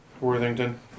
Worthington